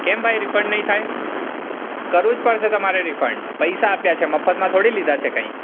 કેમ ભાઈ રિફંડ નહીં થાય કરવુ જ પડશે તમારે રિફંડ પૈસા આપ્યા છે મફતમાં થોડી લીધાં છે કંઈ